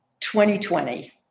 2020